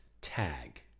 TAG